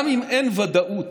גם אם אין ודאות